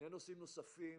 שני נושאים נוספים